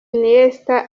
iniesta